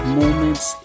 moments